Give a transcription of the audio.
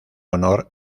honor